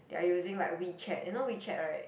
they are using like WeChat you know WeChat right